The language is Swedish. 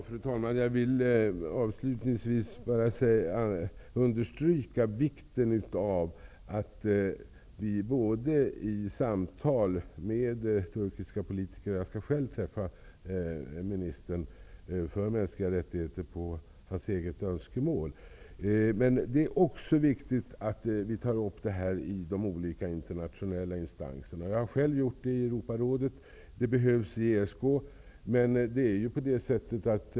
Fru talman! Jag vill avslutningsvis understryka vikten av att vi tar upp detta i samtal med turkiska politiker. Jag skall själv träffa ministern för mänskliga rättigheter, på hans eget önskemål. Men det är också viktigt att vi tar upp detta i de olika internationella instanserna. Jag har själv tagit upp det i Europarådet. Det behöver tas upp i ESK.